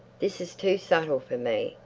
this is too subtle for me!